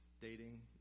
dating